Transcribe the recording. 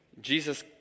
Jesus